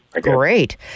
great